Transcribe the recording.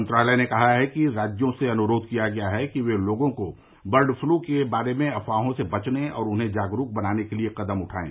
मंत्रालय ने कहा है कि राज्यों से अनुरोध किया गया है कि वे लोगों को बर्ड फ्लू के बारे में अफवाहों से बचने और उन्हें जागरूक बनाने के लिए कदम उठाएं